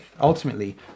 ultimately